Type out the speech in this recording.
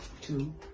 two